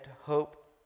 hope